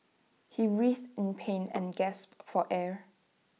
he writhed in pain and gasped for air